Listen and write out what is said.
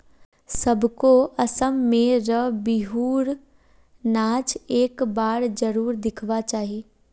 सबको असम में र बिहु र नाच एक बार जरुर दिखवा चाहि